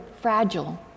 fragile